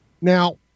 Now